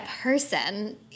person